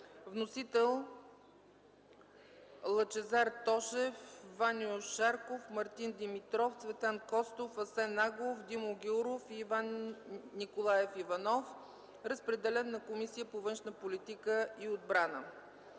Вносители: Лъчезар Тошев, Ваньо Шарков, Мартин Димитров, Цветан Костов, Асен Агов, Димо Гяуров и Иван Николаев Иванов. Разпределен е на Комисията по външна политика и отбрана.